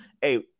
hey